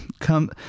Come